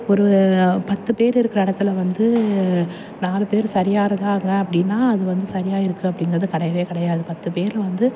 ஒரு பத்து பேர் இருக்கிற இடத்துல வந்து நாலு பேர் சரியாக இருந்தாங்க அப்படின்னா அது வந்து சரியாக இருக்குது அப்படிங்கிறது கிடையவே கிடையாது பத்து பேர் வந்து